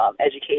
education